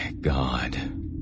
God